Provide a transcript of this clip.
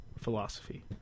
Philosophy